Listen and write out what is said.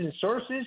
sources